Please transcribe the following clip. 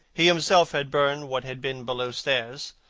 he himself had burned what had been below-stairs.